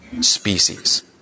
species